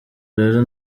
rero